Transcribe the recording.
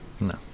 No